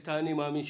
ואת האני מאמין שלך.